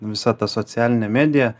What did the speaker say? visa ta socialinė medija